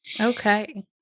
Okay